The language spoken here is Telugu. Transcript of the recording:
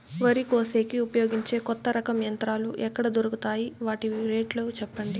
వరి కోసేకి ఉపయోగించే కొత్త రకం యంత్రాలు ఎక్కడ దొరుకుతాయి తాయి? వాటి రేట్లు చెప్పండి?